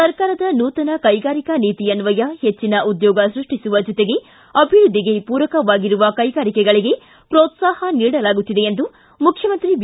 ಸರ್ಕಾರದ ನೂತನ ಕೈಗಾರಿಕಾ ನೀತಿಯನ್ವಯ ಹೆಚ್ಚಿನ ಉದ್ಯೋಗ ಸೃಷ್ಟಿಸುವ ಜೊತೆಗೆ ಅಭಿವೃದ್ಧಿಗೆ ಪೂರಕವಾಗಿರುವ ಕೈಗಾರಿಕೆಗಳಿಗೆ ಪೋತ್ಸಾಹ ನೀಡಲಾಗುತ್ತಿದೆ ಎಂದು ಮುಖ್ಯಮಂತ್ರಿ ಬಿ